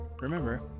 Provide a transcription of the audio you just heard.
remember